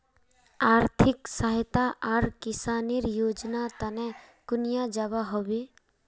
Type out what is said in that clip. आर्थिक सहायता आर किसानेर योजना तने कुनियाँ जबा होबे?